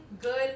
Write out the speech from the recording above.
good